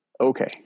Okay